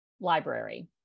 library